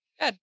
Good